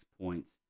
points